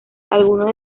algunos